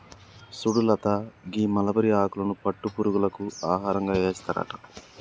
సుడు లత గీ మలబరి ఆకులను పట్టు పురుగులకు ఆహారంగా ఏస్తారట